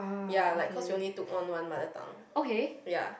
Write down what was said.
ya like cause we only took one mother tongue ya